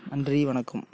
நன்றி வணக்கம்